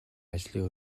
ажлын